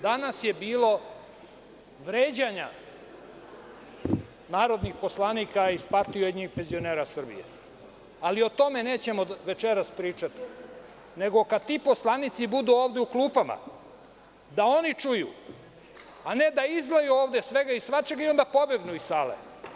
Danas je bilo vređanja narodnih poslanika iz PUPS, ali o tome nećemo večeras pričati, nego kad ti poslanici budu ovde u klupama, da oni čuju, a ne da izlaju ovde svega i svačega i onda pobegnu iz sale.